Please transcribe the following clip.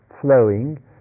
flowing